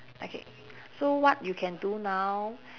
okay so what you can do now